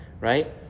right